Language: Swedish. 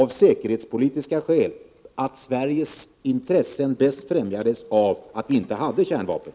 Vi ansåg att Sveriges intressen bäst främjades av att vi inte hade kärnvapen.